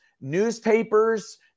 newspapers